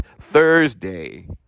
Thursday